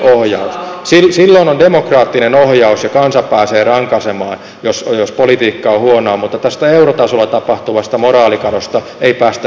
silloin on demokraattinen ohjaus ja kansa pääsee rankaisemaan jos politiikka on huonoa mutta tästä eurotasolla tapahtuvasta moraalikadosta ei päästä edes rankaisemaan